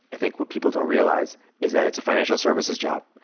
i think what people don't realize is that it's a financial services job.